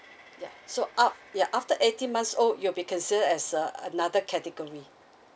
ya so af~ ya after eighteen months old you'll be considered as uh another category